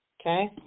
Okay